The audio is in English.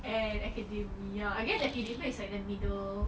and academia I guess academia is in the middle